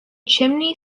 chimney